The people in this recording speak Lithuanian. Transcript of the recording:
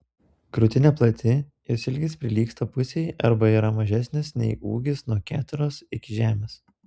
krūtinė plati jos ilgis prilygsta pusei arba yra mažesnis nei ūgis nuo keteros iki žemės